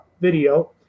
video